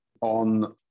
on